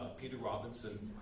peter robinson.